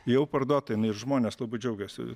jau parduota jinai ir žmonės labai džiaugiasi